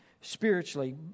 spiritually